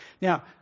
Now